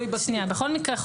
בכול מקרה,